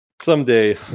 someday